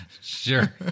Sure